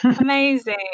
amazing